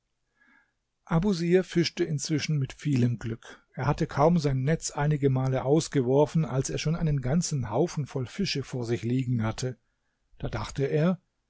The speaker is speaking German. abusir fischte inzwischen mit vielem glück er hatte kaum sein netz einige male ausgeworfen als er schon einen ganzen haufen voll fische vor sich liegen hatte da dachte er